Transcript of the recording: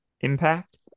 impact